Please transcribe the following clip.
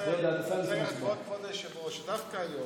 זה כל כך מעניין,